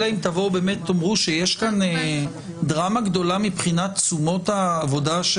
אלא אם תאמרו שיש כאן דרמה גדולה מבחינת תשומות העבודה של